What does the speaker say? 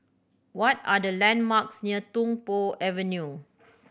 what are the landmarks near Tung Po Avenue